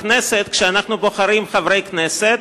בכנסת, כשאנחנו בוחרים חברי כנסת,